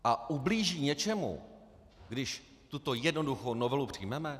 A ublíží něčemu, když tuto jednoduchou novelu přijmeme?